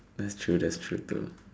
that's true that's true too